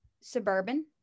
suburban